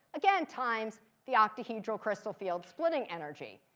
again times the octahedral crystal field splitting energy.